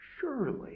surely